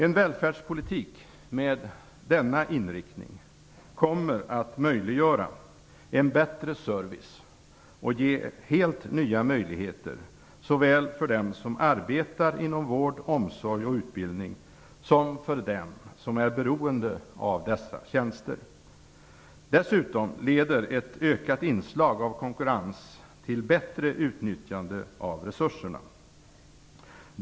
En välfärdspolitik med denna inriktning kommer att möjliggöra en bättre service och ge helt nya möjligheter såväl för dem som arbetar inom vård, omsorg och utbildning som för dem som är beroende av dessa tjänster. Dessutom leder ett ökat inslag av konkurrens till bättre utnyttjande av resurserna.